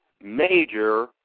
major